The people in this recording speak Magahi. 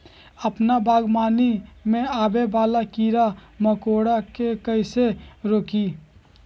अपना बागवानी में आबे वाला किरा मकोरा के कईसे रोकी?